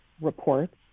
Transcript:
reports